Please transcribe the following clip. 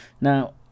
Now